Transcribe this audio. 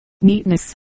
neatness